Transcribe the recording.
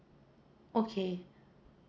okay